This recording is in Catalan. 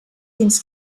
fins